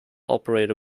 operator